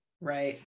Right